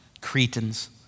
Cretans